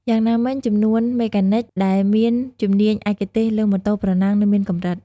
យ៉ាងណាមិញចំនួនអ្នកមេកានិចដែលមានជំនាញឯកទេសលើម៉ូតូប្រណាំងនៅមានកម្រិត។